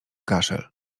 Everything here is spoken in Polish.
kaszel